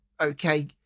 okay